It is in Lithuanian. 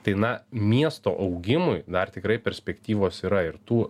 tai na miesto augimui dar tikrai perspektyvos yra ir tų